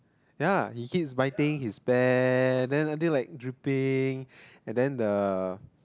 ya he keeps biting his then then like dripping and then the